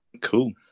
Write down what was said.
Cool